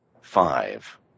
Five